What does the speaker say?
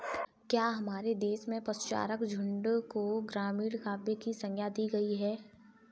क्या हमारे देश में पशुचारक झुंड को ग्रामीण काव्य की संज्ञा दी गई है?